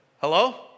Hello